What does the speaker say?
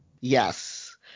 Yes